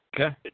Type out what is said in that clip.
Okay